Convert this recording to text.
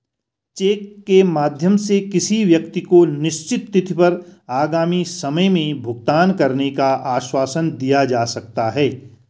check के माध्यम से किसी व्यक्ति को निश्चित तिथि पर आगामी समय में भुगतान करने का आश्वासन दिया जा सकता है